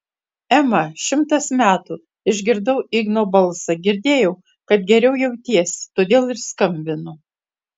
ema šimtas metų išgirdau igno balsą girdėjau kad geriau jautiesi todėl ir skambinu